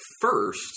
first